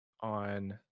on